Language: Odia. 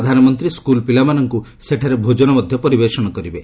ପ୍ରଧାନମନ୍ତ୍ରୀ ସ୍କୁଲ ପିଲାମାନଙ୍କୁ ସେଠାରେ ଭୋଜନ ମଧ୍ୟ ପରିବେଷଣ କରିବେ